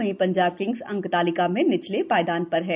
वहीं पंजाब किंग्स अंकतालिका में निचले पायदान पर है